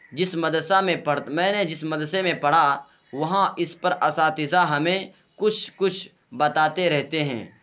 جس مدرسہ میں میں نے جس مدرسے میں پڑھا وہاں اس پر اساتذہ ہمیں کچھ کچھ بتاتے رہتے ہیں